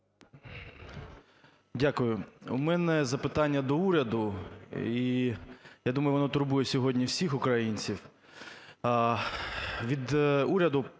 Дякую. У мене запитання до уряду. І, я думаю, воно турбує сьогодні всіх українців.